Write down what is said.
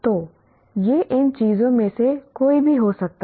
तो यह इन चीजों में से कोई भी हो सकता है